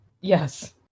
Yes